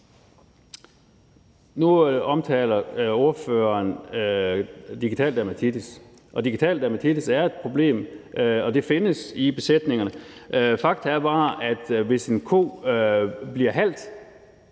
Nu omtaler ordføreren digital dermatitis, og digital dermatitis er et problem, der findes i besætningerne. Fakta er bare, at hvis en ko bliver halt